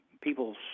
people